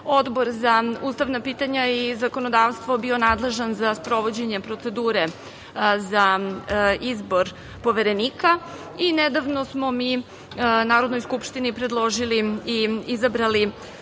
Odbor za ustavna pitanja i zakonodavstvo bio nadležan za sprovođenje procedure za izbor Poverenika. Nedavno smo mi Narodnoj skupštini predložili i izabrali